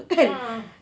ah